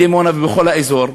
בדימונה ובכל האזור.